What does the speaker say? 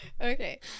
Okay